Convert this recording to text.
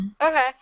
Okay